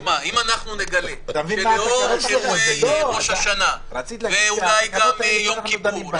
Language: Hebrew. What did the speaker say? דבריו של יושב-ראש הוועדה בסיום הדיון הזה,